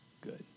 good